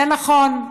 זה נכון,